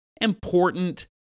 important